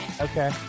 Okay